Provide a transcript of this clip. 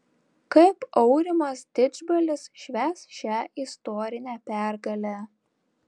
kaip aurimas didžbalis švęs šią istorinę pergalę